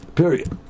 period